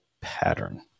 pattern